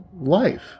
life